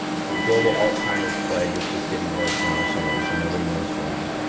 the global alzheimer's plague is just getting worse and worse and worse, and nobody knows why.